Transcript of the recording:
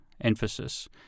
emphasis